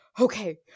okay